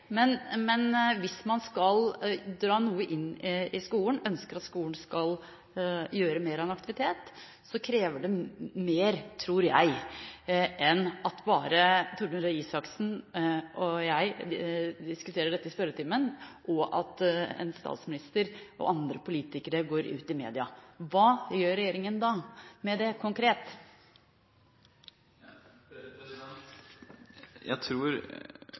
men hvis man skal dra noe inn i skolen, og ønsker at skolen skal gjøre mer av en aktivitet, krever det mer, tror jeg, enn at bare Torbjørn Røe Isaksen og jeg diskuterer dette i spørretimen, og at en statsminister og andre politikere går ut i media. Hva gjør regjeringen med dette konkret? Jeg skal ikke gjøre dette til et stort ideologisk spørsmål, men jeg